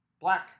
black